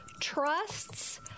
Trusts